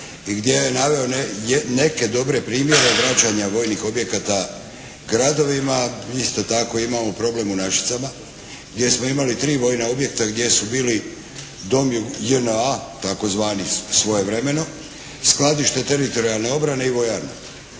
gdje je naveo neke dobre primjere vraćanja vojnih objekata gradovima. Isto tako imamo problem u Našicama gdje smo imali tri vojna objekta gdje su bili Dom JNA tzv. svojevremeno, skladište teritorijalne obrane i vojarna.